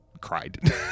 cried